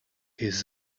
his